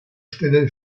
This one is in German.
stelle